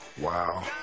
Wow